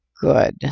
good